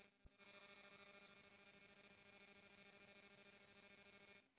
सरकार से ऋण बदे गुजारिस कइल जा सकल जाला